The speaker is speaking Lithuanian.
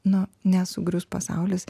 na nesugrius pasaulis